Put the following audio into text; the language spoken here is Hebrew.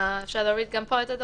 אפשר להוריד גם פה את "דחוף"?